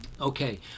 okay